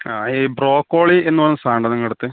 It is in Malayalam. ആ ഈ ബ്രോക്കോളി എന്ന് പറയുന്ന സാധനുണ്ടേൽ അതിങ്ങെടുത്തേ